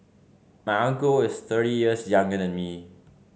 my uncle is thirty years younger than me